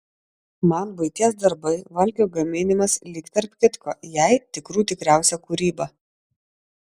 man buities darbai valgio gaminimas lyg tarp kitko jai tikrų tikriausia kūryba